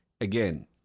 again